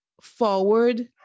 forward